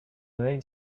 late